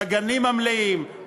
לגנים המלאים,